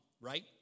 right